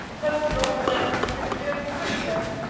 her going away must have been a mere trick then